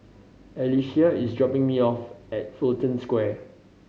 Alyssia is dropping me off at Fullerton Square